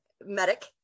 medic